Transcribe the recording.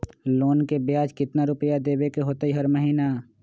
Loan के ब्याज कितना रुपैया देबे के होतइ हर महिना?